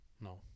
No